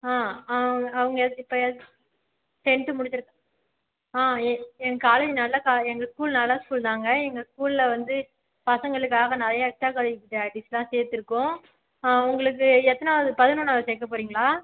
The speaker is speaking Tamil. ஆ அவங்க இப்போ எத் டென்த்து முடிச்சுருக்கா ஆ என் ஏ காலேஜ் நல்ல காலே எங்கள் ஸ்கூல் நல்ல ஸ்கூல் தாங்க எங்கள் ஸ்கூலில் வந்து பசங்களுக்காக நிறைய எக்ஸ்ட்ரா கரிகுலர் ஆக்டிவிட்டிஸ்ஸெலாம் சேர்த்துருக்கோம் உங்களுக்கு எத்தனாவது பதினொன்றாவது சேர்க்கப் போகிறீங்களா